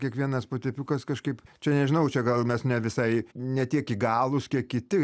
kiekvienas potepiukas kažkaip čia nežinau čia gal mes ne visai ne tiek įgalūs kiek kiti